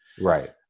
Right